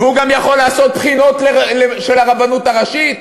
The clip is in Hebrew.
והוא גם יכול לעשות בחינות של הרבנות הראשית.